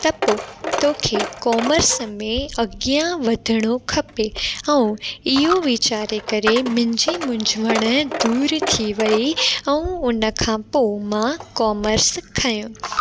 त पोइ तोखे कोमर्स में अॻियां वधिणो खपे ऐं इहो विचारे करे मुंहिंजी मुंझवण दूरि थी वई ऐं उन खां पोइ मां कोमर्स खणियो